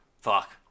Fuck